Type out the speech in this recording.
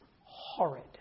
horrid